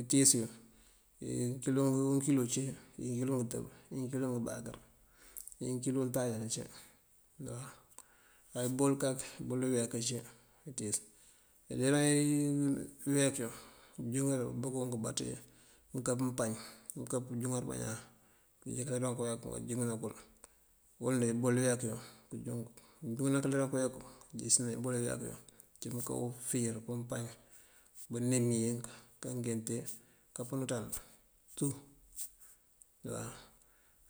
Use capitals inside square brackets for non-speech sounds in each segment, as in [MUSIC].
Itíis yun: unkilo cí, ngëënkilo ngëëtëb, ngëënkilo ngëëbakër, ayi ngëënkilo untáajá ací waw. Ebol kak, ibol iyeek ací, itíis. Iliroŋ [HESITATION] iyeek yun bëënjúŋar bukunk bá ţí mëënká pëëmpañ, pëënká pëënjúŋar bañaan, këëjeej káliroŋ káyeek këënjúŋëna kël uwala ibol iyeek yun këënjúŋ. Mëënjúŋaran iliroŋ iyeek yun këëyísëna ebol iyeek kun. Uncí mëënká ufíir pëëmpañ, bënim ink, káangíinte, kaampën unţand tú.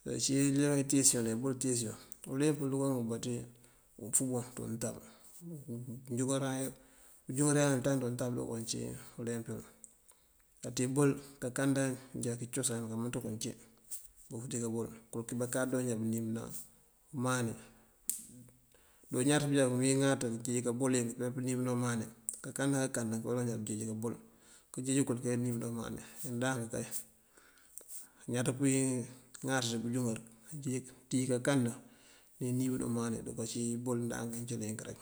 Uncí iliroŋ itíis yun ne ebol itíis yun uleemp iyël dukoon cí ufuboŋ ţí untab, [HESITATION] këënjúŋëran yël ţañ dí untab, unkoon cí uleemp yël. Pëën ţí ibol kákande já kí cosan kámëëţan kun cí, kúnki báakáaţ oonjá buníibëna umani. Ajoon ñaţ pëëjá këwín ŋáat nëënjeej pëbol yink pëyá kaníib umani, kákanda kákanda këruja nu jeej kabol, këëjeej kël keníibëna umani. Ndank kay añaţ pëëwín ŋáaţ dí bëënjúŋar nëënţíij pëënkanda ne níibëna umani, dukoo cí ubol ndank yin cí rek.